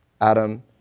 Adam